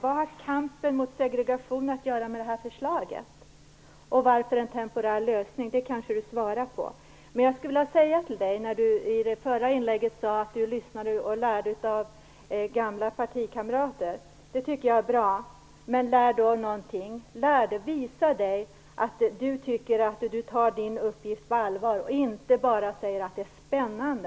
Fru talman! Min andra fråga var: Vad har kampen mot segregationen att göra med det här förslaget. Jag skulle vilja säga till Carina Moberg, som sade att hon lyssnade och lärde av gamla partikamrater, att det är bra. Men då får Carina Moberg visa att hon tar sin uppgift på allvar och inte bara tycker att det är spännande.